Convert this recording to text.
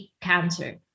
cancer